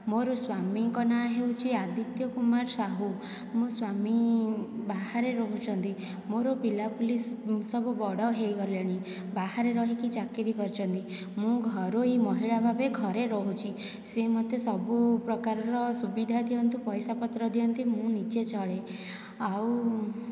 ମୋର ସ୍ୱାମୀଙ୍କ ନାଁ ହେଉଛି ଆଦିତ୍ୟ କୁମାର ସାହୁ ମୋ ସ୍ୱାମୀ ବାହାରେ ରହୁଛନ୍ତି ମୋର ପିଲାପିଲି ସବୁ ବଡ଼ ହୋଇଗଲେଣି ବାହାରେ ରହିକି ଚାକିରି କରୁଛନ୍ତି ମୁଁ ଘରୋଇ ମହିଳା ଭାବେ ଘରେ ରହୁଛି ସେ ମୋତେ ସବୁ ପ୍ରକାରର ସୁବିଧା ଦିଅନ୍ତି ପଇସା ପତ୍ର ଦିଅନ୍ତି ମୁଁ ନିଜେ ଚଳେ ଆଉ